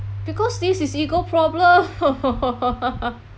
because this is ego problem